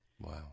Wow